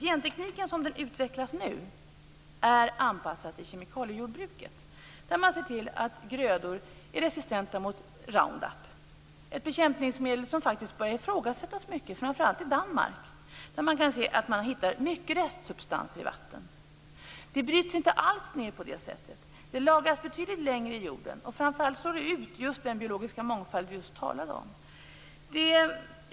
Gentekniken som den utvecklas nu är anpassad till kemikaliejordbruket. Man ser till att grödor är resistenta mot Roundup, ett bekämpningsmedel som faktiskt börjar ifrågasättas mycket, framför allt i Danmark. Där kan man se att man hittar mycket restsubstanser i vatten. Det bryts inte alls ned på det sätt som sägs. Det lagras betydlig längre i jorden. Framför allt slår det ut den biologiska mångfald vi just talade om.